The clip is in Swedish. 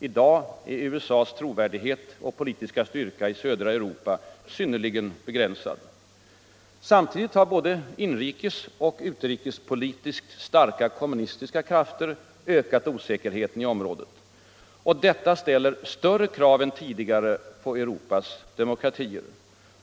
I dag är USA:s trovärdighet och politiska styrka i södra Europa synnerligen begränsad. Samtidigt har både inrikes och utrikespolitiskt starka kommunistiska krafter ökat osäkerheten i området. Detta ställer större krav än tidigare på Europas demokratier.